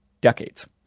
decades